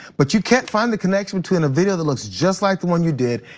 but you can't find the connection to in a video that looks just like the one you did,